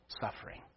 suffering